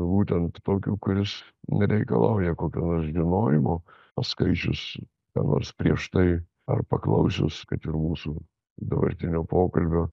būtent tokiu kuris nereikalauja kokio nors žinojimo paskaičius ką nors prieš tai ar paklausius kad ir mūsų dabartinio pokalbio